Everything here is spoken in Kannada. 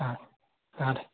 ಹಾಂ ಹಾಂ ರೀ